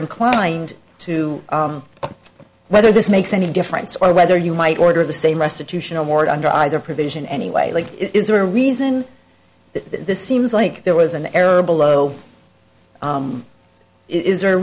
inclined to whether this makes any difference or whether you might order the same restitution award under either provision anyway is there a reason this seems like there was an error below is there a